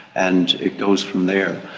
and it goes from there.